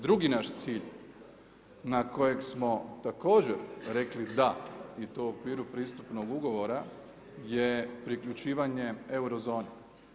Drugi naš cilj na kojeg smo također rekli da i to u okviru pristupnog ugovora je priključivanje euro zoni.